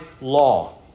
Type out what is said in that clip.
law